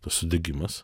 tas sudegimas